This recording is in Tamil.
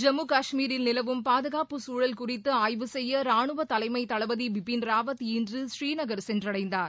ஜம்மு காஷ்மீரில் நிலவும் பாதுகாப்பு சூழல் குறித்து ஆய்வு செய்ய ராணுவ தலைமை தளபதி பிபின் ராவத் இன்று புநீநகர் சென்றடைந்தார்